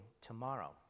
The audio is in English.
tomorrow